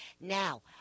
Now